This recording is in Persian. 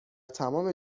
تمام